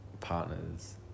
Partners